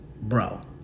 Bro